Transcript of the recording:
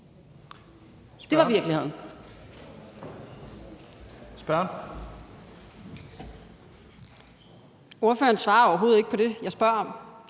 Mette Thiesen (DF): Ordføreren svarer overhovedet ikke på det, jeg spørger om.